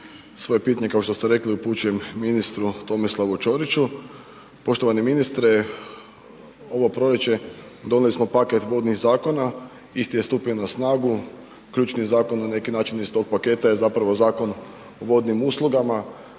Svoje pitanje kao što rekli upućujem ministru Tomislavu Ćoriću. Poštovani ministre ovo proljeće donijeli smo paket vodnih zakona, isti je stupio na snagu, ključni zakon na neki način iz tog paketa je zapravo Zakon o vodnim uslugama